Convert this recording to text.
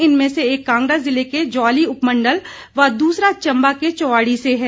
इनमें से एक कांगड़ा जिले के ज्वाली उपमंडल व द्रसरा चंबा के चुवाड़ी से है